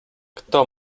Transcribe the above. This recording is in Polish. kto